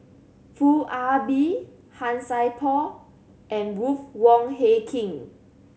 Foo Ah Bee Han Sai Por and Ruth Wong Hie King